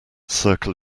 circle